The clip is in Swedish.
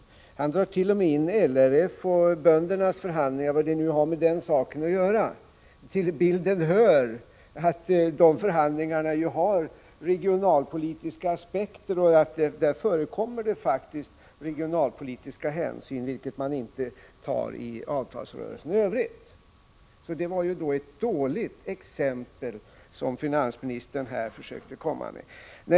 Finansministern drar t.o.m. in LRF och böndernas förhandlingar, vad det nu har med avtalsrörelsen att göra. Till bilden hör att de förhandlingarna har regionalpolitiska aspekter och att det där förekommer regionalpolitiska hänsyn, vilket man inte tar i avtalsrörelsen i övrigt. Det var ett dåligt exempel som finansministern här försökte komma med.